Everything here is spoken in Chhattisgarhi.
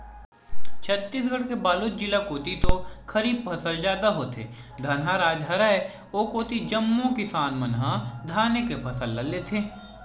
छत्तीसगढ़ के बलोद जिला कोती तो खरीफ फसल जादा होथे, धनहा राज हरय ओ कोती जम्मो किसान मन ह धाने के फसल बस लेथे